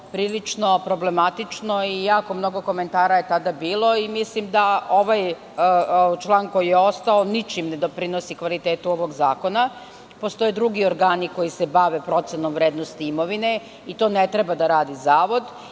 prilično problematično i jako mnogo komentara je tada bilo. Mislim da ovaj član koji je ostao ničim ne doprinosi kvalitetu ovog zakona. Postoje drugi organi koji se bave procenom vrednosti imovine, to ne treba da radi zavod